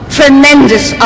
tremendous